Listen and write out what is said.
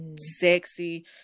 sexy